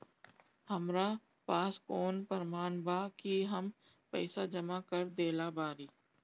हमरा पास कौन प्रमाण बा कि हम पईसा जमा कर देली बारी?